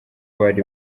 bari